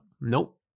Nope